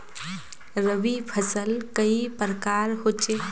रवि फसल कई प्रकार होचे?